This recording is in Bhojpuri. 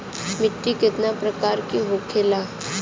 मिट्टी कितना प्रकार के होखेला?